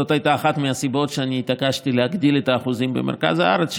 זאת הייתה אחת מהסיבות שאני התעקשתי להגדיל את האחוזים במרכז הארץ,